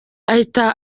ahita